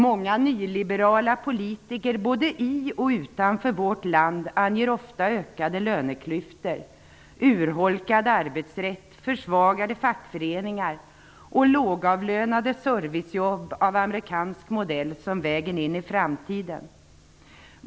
Många nyliberala politiker, både i och utanför vårt land, anger ofta ökade löneklyftor, urholkad arbetsrätt, försvagade fackföreningar och lågavlönade servicejobb av amerikansk modell som vägen in i framtiden.